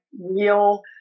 real